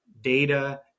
data